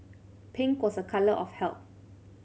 pink was a colour of health